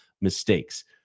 mistakes